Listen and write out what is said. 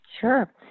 Sure